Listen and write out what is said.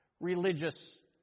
religious